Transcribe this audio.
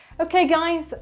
okay guys.